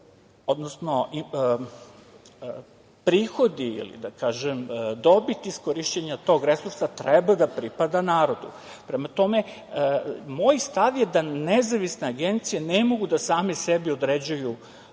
odnosno prihodi ili dobit iz korišćenja tog resursa treba da pripada narodu. Prema tome, moj stav je da nezavisne agencije ne mogu da same sebi određuju zarade,